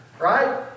right